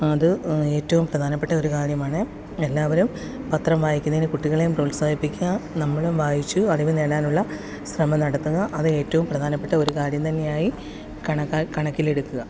അത് ഏറ്റവും പ്രധാനപ്പെട്ട ഒരു കാര്യമാണ് എല്ലാവരും പത്രം വായിക്കുന്നതിന് കുട്ടികളേയും പ്രോത്സാഹിപ്പിക്കുക നമ്മളും വായിച്ചു അറിവ് നേടാനുള്ള ശ്രമം നടത്തുക അത് ഏറ്റവും പ്രധാനപ്പെട്ട ഒരു കാര്യം തന്നെയായി കണക്കാ കണക്കിലെടുക്കുക